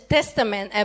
Testament